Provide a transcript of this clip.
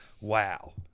Wow